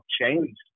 changed